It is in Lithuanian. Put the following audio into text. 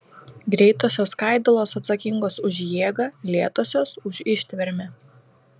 greitosios skaidulos atsakingos už jėgą lėtosios už ištvermę